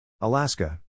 Alaska